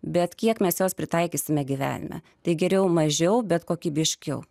bet kiek mes jos pritaikysime gyvenime tai geriau mažiau bet kokybiškiau